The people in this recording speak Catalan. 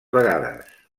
vegades